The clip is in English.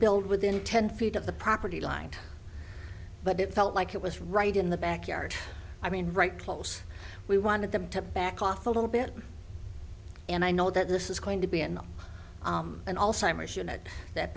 build within ten feet of the property line but it felt like it was right in the backyard i mean right close we wanted them to back off a little bit and i know that this is going to be an an all simers unit that